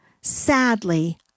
sadly